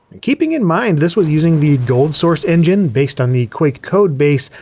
keeping in mind this was using the goldsrc engine, based on the quake code base,